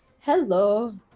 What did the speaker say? Hello